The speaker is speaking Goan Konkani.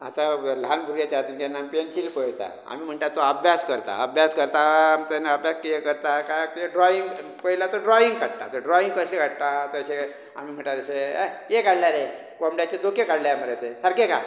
आता ल्हान भुरग्याच्या हातीन जेन्ना आमी पेन्सील पळयतात आमी म्हणटा तो अभ्यास करता अभ्यास करता तो अभ्यास कितें करता कांय ड्राॅव्हींग पळयल्यार तो ड्रॉव्हींग काडटा तर ड्रॉव्हींग कशें काडटा तशें आमी म्हणटा तशें ऍ कितें काडल्या रे कोंबड्याचे दोके काडल्या मरे ते सारके काड